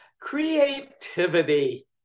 Creativity